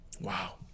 Wow